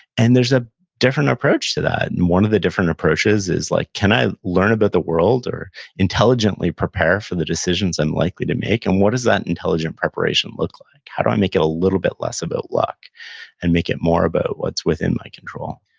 and there's a different approach to that, and of the different approaches is, like can i learn about the world or intelligently prepare for the decisions i'm likely to make and what does that intelligent preparation look like? how do i make it a little bit less about luck and make it more about what's within my control?